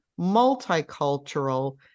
multicultural